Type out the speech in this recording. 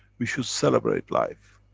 we should celebrate life